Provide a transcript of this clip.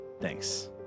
Thanks